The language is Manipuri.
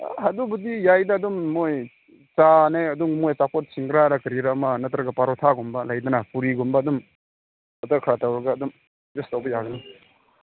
ꯑꯗꯨꯕꯨꯗꯤ ꯌꯥꯏꯗ ꯑꯗꯨꯝ ꯃꯣꯏ ꯆꯥꯅꯦ ꯑꯗꯨꯝ ꯃꯣꯏ ꯑꯆꯥꯄꯣꯠ ꯁꯤꯡꯍꯥꯔꯔꯥ ꯀꯔꯤꯔꯥ ꯑꯃ ꯅꯠꯇ꯭ꯔꯒ ꯄꯔꯣꯊꯥꯒꯨꯝꯕ ꯂꯩꯗꯅ ꯄꯨꯔꯤꯒꯨꯝꯕ ꯑꯗꯨꯝ ꯑꯗꯨꯃꯥꯏꯅ ꯈꯔ ꯇꯧꯔꯒ ꯑꯗꯨꯝ ꯑꯦꯗꯖꯁ ꯇꯧꯕ ꯌꯥꯒꯅꯤ